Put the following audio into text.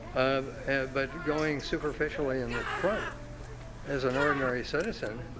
um but going superficially in the front is an ordinary citizens,